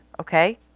Okay